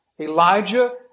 Elijah